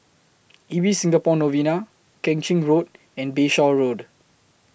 Ibis Singapore Novena Keng Chin Road and Bayshore Road